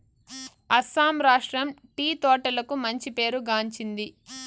అస్సాం రాష్ట్రం టీ తోటలకు మంచి పేరు గాంచింది